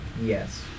Yes